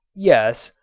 yes,